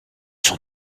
sont